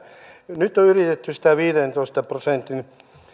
nyt on yritetty sitä viidentoista prosentin